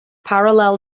parallel